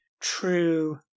true